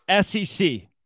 SEC